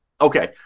Okay